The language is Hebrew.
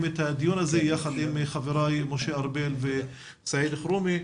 את הדיון הזה יחד עם חבריי משה ארבל וסעיד אלחרומי.